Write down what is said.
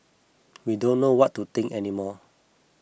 we don't know what to think any more